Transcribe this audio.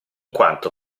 quanto